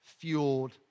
fueled